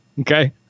okay